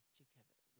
together